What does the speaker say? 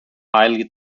highly